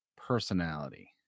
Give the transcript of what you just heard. personality